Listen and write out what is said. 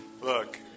Look